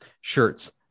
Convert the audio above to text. shirts